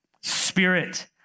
spirit